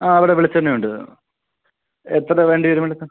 ആ ഇവിടെ വെളിച്ചെണ്ണ ഉണ്ട് എത്ര വേണ്ടി വരും ഉണ്ട് സാർ